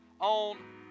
on